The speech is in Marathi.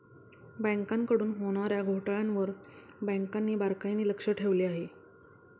बँकांकडून होणार्या घोटाळ्यांवर बँकांनी बारकाईने लक्ष ठेवले आहे